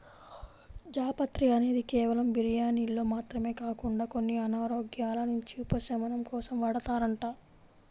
జాపత్రి అనేది కేవలం బిర్యానీల్లో మాత్రమే కాకుండా కొన్ని అనారోగ్యాల నుంచి ఉపశమనం కోసం వాడతారంట